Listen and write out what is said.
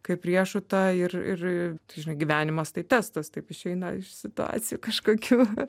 kaip riešutą ir ir tu žinai gyvenimas tai testas taip išeina iš situacijų kažkokių